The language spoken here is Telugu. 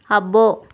అబ్బో